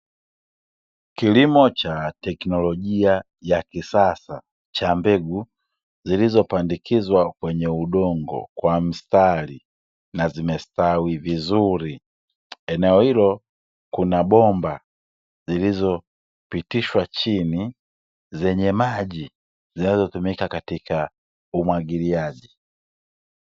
Kilimo cha tekinolojia ya kisasa cha mbegu zilizopandikizwa kwenye udongo kwa mstari na zimestawi vizuri, eneo hilo kuna bomba zilizopitishwa chini zenye maji zinazotumika katika umwagiliaji.